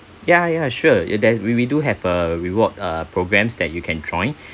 ya ya sure there we we do have a reward uh programs that you can join